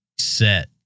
set